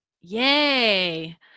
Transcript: Yay